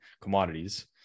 commodities